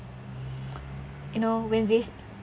you know when this